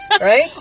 Right